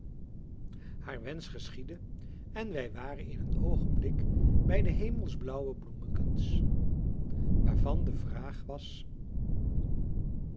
haar wensch geschiedde en wij waren in een oogenblik bij de hemelsblauwe bloemekens waarvan de vraag was